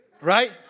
right